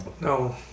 No